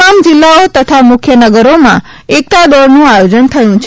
તમામ જિલ્લાઓ અને મુખ્ય નગરોમાં એકતાદોડનું આયોજન થયું છે